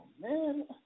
man